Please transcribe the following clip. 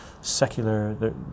secular